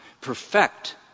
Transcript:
perfect